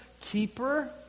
keeper